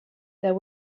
there